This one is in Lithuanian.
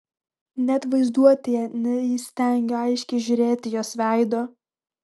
net vaizduotėje neįstengiu aiškiai įžiūrėti jos veido